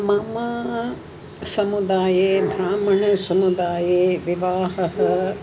मम समुदाये ब्राह्मण समुदाये विवाहः